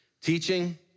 teaching